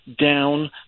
down